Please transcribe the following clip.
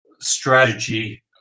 strategy